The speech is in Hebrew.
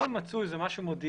ואם אם מצאו משהו מודיעיני,